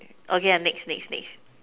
okay ah next next next